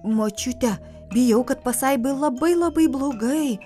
močiute bijau kad pasaibai labai labai blogai